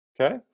Okay